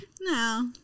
No